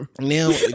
Now